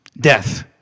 death